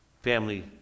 family